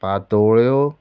पातोळ्यो